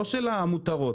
לא המותרות.